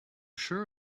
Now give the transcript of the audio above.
sure